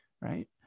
right